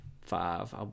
five